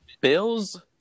Bills